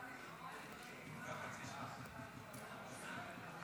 ברשותכם, גם אני הייתי,